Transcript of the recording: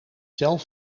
zelf